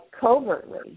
covertly